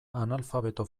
analfabeto